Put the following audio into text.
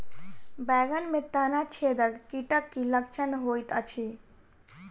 बैंगन मे तना छेदक कीटक की लक्षण होइत अछि?